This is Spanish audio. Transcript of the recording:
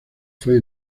fue